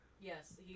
Yes